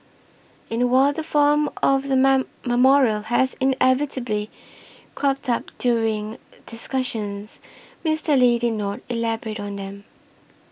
and while the form of the man memorial has inevitably cropped up during discussions Mister Lee did not elaborate on them